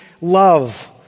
love